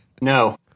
no